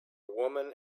woman